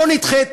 בוא נדחה.